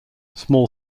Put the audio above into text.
small